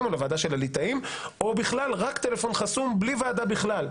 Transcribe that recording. או לוועדה של הליטאים או בכלל רק טלפון חסום בלי ועדה בכלל,